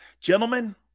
gentlemen